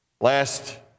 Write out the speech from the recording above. Last